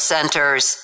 Centers